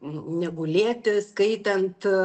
negulėti skaitant